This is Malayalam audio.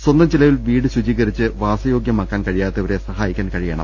സ്വന്തം ചെല വിൽ വീട് ശുചീകരിച്ച് വാസയോഗ്യമാക്കാൻ സാധിക്കാത്തവരെ സഹായിക്കാൻ കഴിയണം